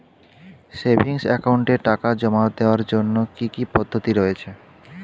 Savings একাউন্টে টাকা জমা দেওয়ার জন্য কি কি পদ্ধতি রয়েছে?